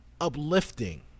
uplifting